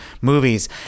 movies